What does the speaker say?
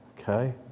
Okay